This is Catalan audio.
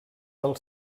del